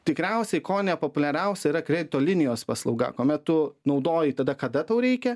tikriausiai kone populiariausia yra kredito linijos paslauga kuomet tu naudoji tada kada tau reikia